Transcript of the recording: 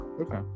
Okay